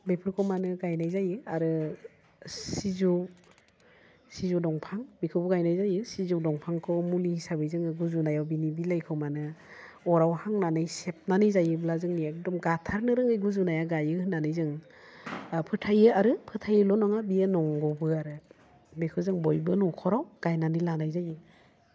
बेफोरखौ मानो गायनाइ जायो आरो सिजौ सिजौ दंफां बिखौबो गायनाइ जायो सिजौ दंफांखौ मुलि हिसाबै जोङो गुजुनायाव बिनि बिलाइखौ मानो अराव हांनानै सेबनानै जायोब्ला जोंनिया एकदम गाथारनो रोङै गुजुनाया गायो होननानै जों ओह फोथायो आरो फोथायोल' नङा बियो नंगौबो आरो बेखौ जों बयबो नखराव गायनानै लानाय जायो